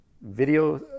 video